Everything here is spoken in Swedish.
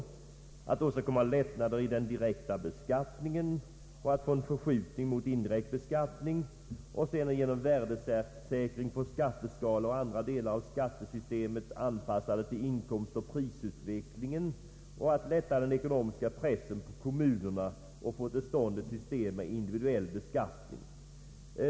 Vidare skall den åstadkomma lättnader i den direkta beskattningen och leda till en förskjutning mot indirekt beskattning, vartill man genom värdesäkring får skatteskalor och andra delar av skattesystemet anpassade till inkomst Ang. en reform av beskattningen, m.m. och prisutvecklingen. Man bör vidare lätta den ekonomiska pressen på kommunerna och få till stånd ett system med individuell beskattning.